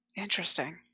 Interesting